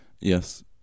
Yes